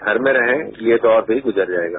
घर में रहें ये दौर भी गुजर जाएगा